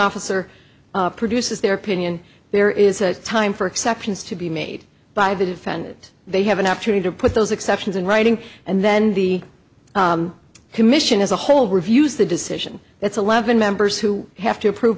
officer produces their opinion there is a time for exceptions to be made by the defendant they have an opportunity to put those exceptions in writing and then the commission as a whole reviews the decision that's eleven members who have to prove